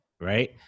right